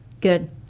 Good